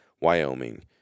Wyoming